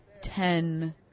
ten